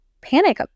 panic